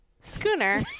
Schooner